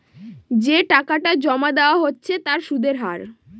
যে টাকাটা জমা দেওয়া হচ্ছে তার সুদের হার